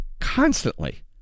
constantly